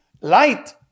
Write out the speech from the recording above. Light